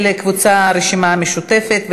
של קבוצת הרשימה המשותפת,